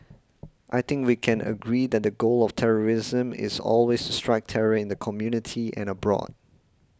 I think we can agree that the goal of terrorism is always to strike terror in the community and abroad